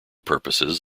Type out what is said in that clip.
purposes